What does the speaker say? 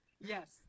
Yes